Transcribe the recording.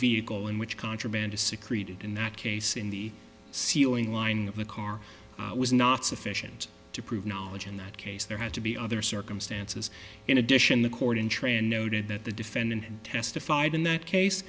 vehicle in which contraband is secreted in that case in the ceiling lining of the car was not sufficient to prove knowledge in that case there had to be other circumstances in addition the court in trend noted that the defendant testified in that case